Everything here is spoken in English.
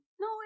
No